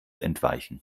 entweichen